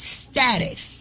status